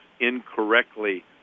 incorrectly